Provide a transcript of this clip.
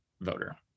voter